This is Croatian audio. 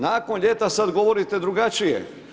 Nakon ljeta sad govorite drugačije.